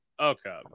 okay